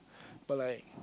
but like